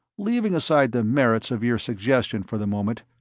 leaving aside the merits of your suggestion for the moment,